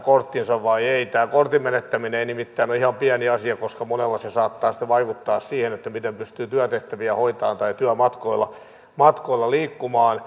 tämä kortin menettäminen ei nimittäin ole ihan pieni asia koska monella se saattaa vaikuttaa siihen miten pystyy työtehtäviä hoitamaan tai työmatkoilla liikkumaan